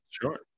Sure